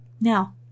Now